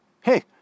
Hey